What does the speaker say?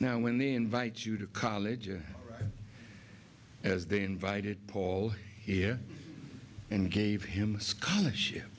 now when they invite you to college or as they invited paul here and gave him a scholarship